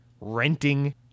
renting